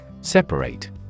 Separate